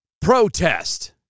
Protest